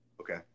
Okay